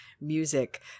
music